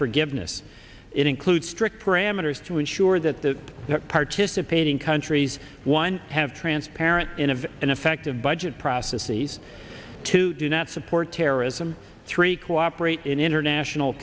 forgiveness it includes strict parameters to ensure that the participating countries one have transparent in of an effective budget process these two do not support terrorism three cooperate in international